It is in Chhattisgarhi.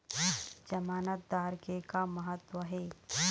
जमानतदार के का महत्व हे?